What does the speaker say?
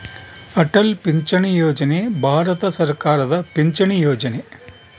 ಅಟಲ್ ಪಿಂಚಣಿ ಯೋಜನೆ ಭಾರತ ಸರ್ಕಾರದ ಪಿಂಚಣಿ ಯೊಜನೆ